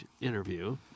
interview